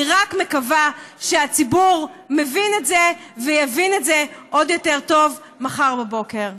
אני רק מקווה שהציבור מבין את זה ויבין את זה עוד יותר טוב מחר בבוקר.